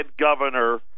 governor